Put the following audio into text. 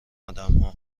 آدمها